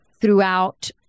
throughout